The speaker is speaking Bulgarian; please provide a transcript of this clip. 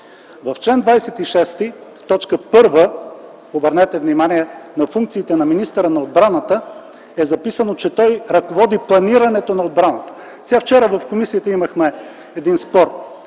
В чл. 26, т. 1, обърнете внимание на функциите на министъра на отбраната, където е записано, че той ръководи планирането на отбраната. Вчера в комисията имахме спор